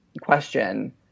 question